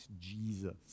Jesus